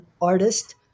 artist